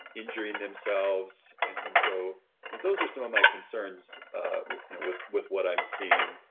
injuring themselves. and and so those are some of my concerns with with what i'm seeing.